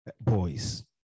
boys